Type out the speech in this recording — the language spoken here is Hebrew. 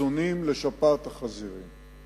חיסונים לשפעת החזירים.